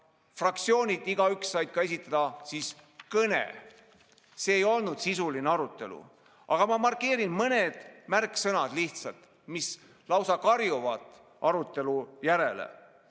fraktsioonid igaüks said esitada kõne. See ei olnud sisuline arutelu. Ma markeerin mõned märksõnad lihtsalt, mis lausa karjuvad arutelu järele.